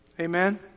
Amen